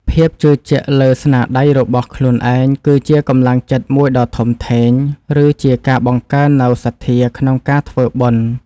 ភាពជឿជាក់លើស្នាដៃរបស់ខ្លួនឯង គឺជាកម្លាំងចិត្តមួយដ៏ធំធេង ឬជាការបង្កើននូវសទ្ធាក្នុងការធ្វើបុណ្យ។